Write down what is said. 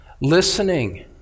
listening